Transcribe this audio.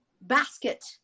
basket